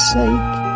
sake